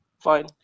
Fine